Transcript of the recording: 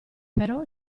però